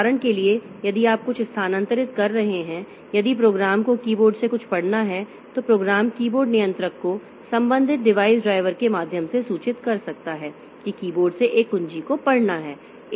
उदाहरण के लिए यदि आप कुछ स्थानांतरित कर रहे हैं यदि प्रोग्राम को कीबोर्ड से कुछ पढ़ना हैं तो प्रोग्राम कीबोर्ड नियंत्रक को संबंधित डिवाइस ड्राइवर के माध्यम से सूचित कर सकता है कि कीबोर्ड से एक कुंजी को पढ़ना है